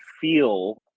feel